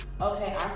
okay